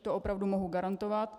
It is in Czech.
To opravdu mohu garantovat.